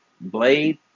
Blade